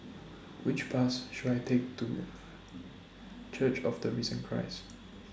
Which Bus should I Take to Church of The Risen Christ